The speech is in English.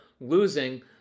losing